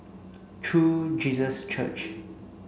True Jesus Church